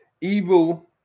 Evil